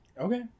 Okay